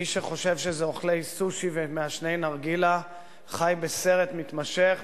מי שחושב שזה אוכלי סושי ומעשני נרגילה חי בסרט מתמשך.